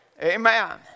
Amen